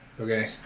Okay